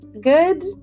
good